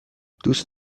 دوست